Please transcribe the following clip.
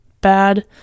bad